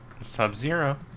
Sub-Zero